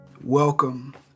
Welcome